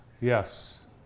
Yes